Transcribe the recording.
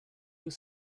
was